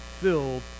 filled